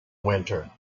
winter